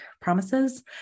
promises